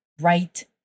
right